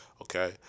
Okay